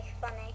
funny